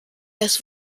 das